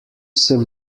sem